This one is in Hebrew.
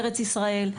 ארץ ישראל,